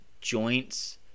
joints